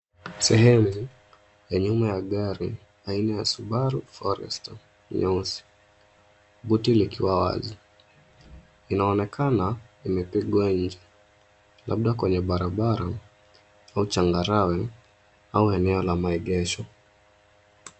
Sehemu ya nyuma ya gari aina ya Subaru Forester nyeusi, buti likiwa wazi. Inaonekana imepigwa nje, labda kwenye barabara au changarawe au eneo la maegesho.